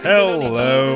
Hello